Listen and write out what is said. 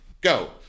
Go